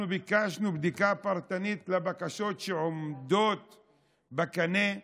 אנחנו ביקשנו בדיקה פרטנית לבקשות שנמצאות בקנה,